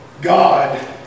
God